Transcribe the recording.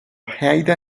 haida